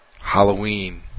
Halloween